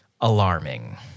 alarming